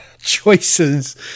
choices